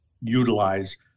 utilize